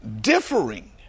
differing